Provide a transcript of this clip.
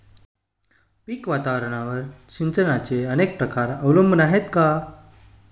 पीक वातावरणावर सिंचनाचे अनेक प्रकार अवलंबून आहेत का?